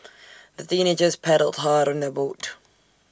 the teenagers paddled hard on their boat